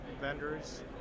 vendors